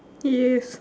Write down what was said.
yes